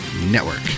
Network